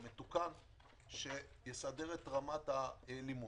שיסדר את רמת הלימוד.